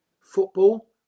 football